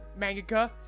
mangaka